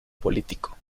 político